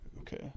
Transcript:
okay